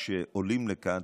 כשעולים לכאן,